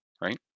right